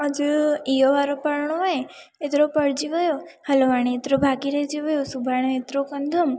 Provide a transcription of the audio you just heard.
अॼु इहो वारो पढ़णो आहे एतिरो पढ़जी वियो आहे हलो हाणे हेतिरो बाक़ी रहिजी वियो सुभाणे हेतिरो कंदमि